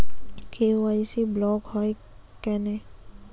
KYC block হয় কেনে?